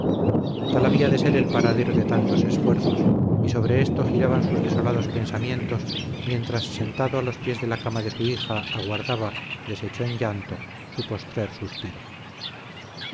llegada tal había de ser el paradero de tantos esfuerzos y sobre esto giraban sus desolados pensamientos mientras sentado a los pies de la cama de su hija aguardaba deshecho en llanto su postrer suspiro